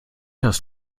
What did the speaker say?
das